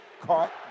caught